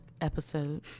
episode